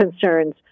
concerns